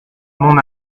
mon